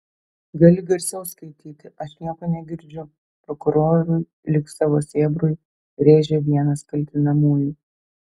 gali garsiau skaityti aš nieko negirdžiu prokurorui lyg savo sėbrui rėžė vienas kaltinamųjų